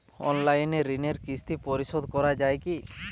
Online ঋণের কিস্তি পরিশোধ করা যায় কি?